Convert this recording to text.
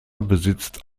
besitzt